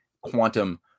quantum